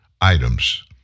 items